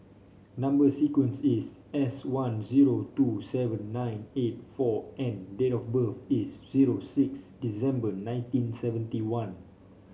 number sequence is S one zero two seven nine eight four N date of birth is zero six December nineteen seventy one